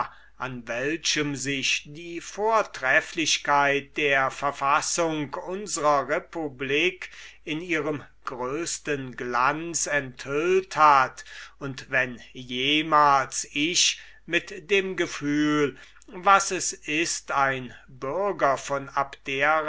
an welchem sich die vortrefflichkeit der verfassung unsrer republik in ihrem größten glanz enthüllt hat und wenn jemals ich mit dem gefühl was es ist ein bürger von abdera